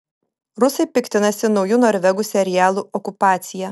rusai piktinasi nauju norvegų serialu okupacija